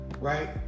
right